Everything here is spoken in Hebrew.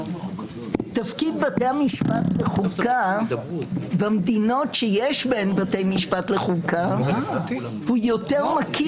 תפקיד בתי המשפט בחוקה במדינות שיש בהן בתי משפט לחוקה הוא יותר מקיף.